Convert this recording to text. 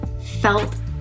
felt